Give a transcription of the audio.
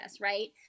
right